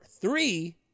three